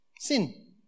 Sin